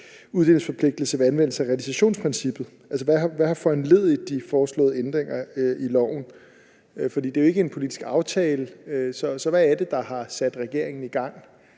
uddelingsforpligtelse ved anvendelse af realisationsprincippet er. Hvad har foranlediget de foreslåede ændringer i loven? Det er jo ikke en politisk aftale, så hvad er det, der har sat regeringen i gang?